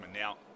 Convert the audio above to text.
Now